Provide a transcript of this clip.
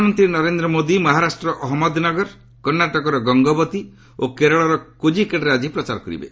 ପ୍ରଧାନମନ୍ତ୍ରୀ ନରେନ୍ଦ୍ର ମୋଦି ମହାରାଷ୍ଟ୍ରର ଅହମ୍ମେଦ ନଗର କର୍ଷାଟକର ଗଙ୍ଗବତୀ ଓ କେରଳ କୋଜିକୋଡ଼େ ଠାରେ ଆଜି ପ୍ରଚାର କରିବେ